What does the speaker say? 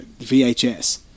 VHS